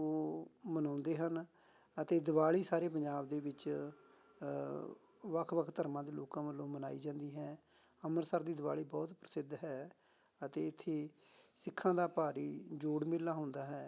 ਉਹ ਮਨਾਉਂਦੇ ਹਨ ਅਤੇ ਦਿਵਾਲੀ ਸਾਰੇ ਪੰਜਾਬ ਦੇ ਵਿੱਚ ਵੱਖ ਵੱਖ ਧਰਮਾਂ ਦੇ ਲੋਕਾਂ ਵੱਲੋਂ ਮਨਾਈ ਜਾਂਦੀ ਹੈ ਅੰਮ੍ਰਿਤਸਰ ਦੀ ਦਿਵਾਲੀ ਬਹੁਤ ਪ੍ਰਸਿੱਧ ਹੈ ਅਤੇ ਇੱਥੇ ਸਿੱਖਾਂ ਦਾ ਭਾਰੀ ਜੋੜ ਮੇਲਾ ਹੁੰਦਾ ਹੈ